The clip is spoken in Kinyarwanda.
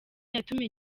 yatumye